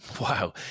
wow